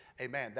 amen